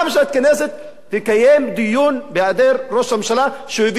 תקיים דיון בהיעדר ראש הממשלה שהביא את הגזירות האלה?